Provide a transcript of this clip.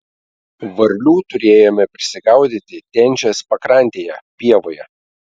varlių turėjome prisigaudyti tenžės pakrantėje pievoje